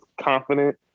confident